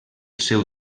seu